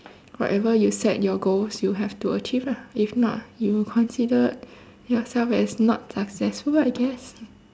whatever you set your goals you have to achieve lah if not you considered yourself as not successful I guess